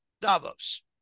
Davos